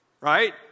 Right